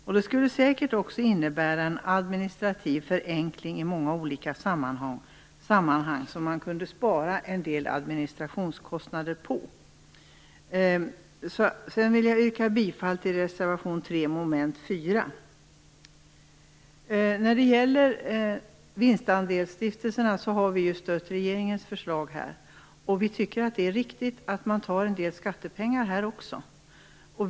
Och det skulle säkert också innebära en administrativ förenkling i många olika sammanhang som man kunde spara en del administrationskostnader på. Jag vill yrka bifall till reservation 3 under mom. 4. När det gäller vinstandelsstiftelserna har vi stött regeringens förslag. Vi tycker att det är riktigt att man tar en del skattepengar här också.